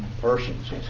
persons